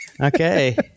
Okay